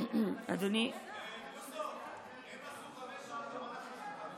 חבר הכנסת מיקי לוי,